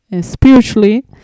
spiritually